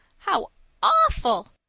how awful!